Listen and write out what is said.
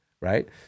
Right